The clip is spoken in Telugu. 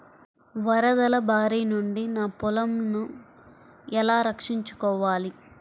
వరదల భారి నుండి నా పొలంను ఎలా రక్షించుకోవాలి?